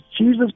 Jesus